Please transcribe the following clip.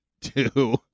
Two